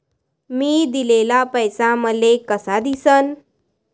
मी दिलेला पैसा मले कसा दिसन?